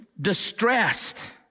distressed